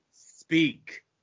speak